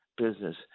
Business